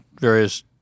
various